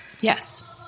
yes